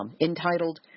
entitled